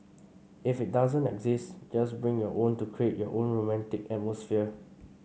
if it doesn't exist just bring your own to create your own romantic atmosphere